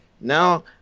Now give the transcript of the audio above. now